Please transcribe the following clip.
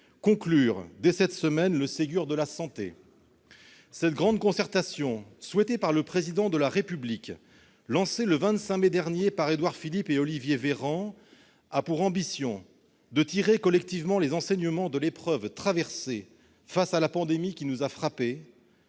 conclure dès cette semaine le Ségur de la santé. Cette grande concertation, souhaitée par le Président de la République, lancée le 25 mai dernier par Édouard Philippe et Olivier Véran, vise à nous permettre de tirer collectivement les enseignements de l'épreuve qu'a constituée la pandémie qui nous a frappés